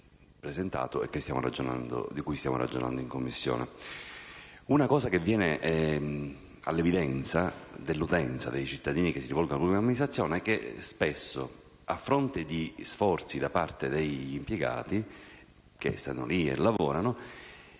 Un aspetto che viene all'evidenza dell'utenza, dei cittadini che si rivolgono alla pubblica amministrazione, è che spesso, a fronte di sforzi da parte degli impiegati che vi lavorano,